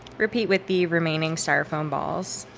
repeat with the remaining styrofoam balls.